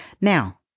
Now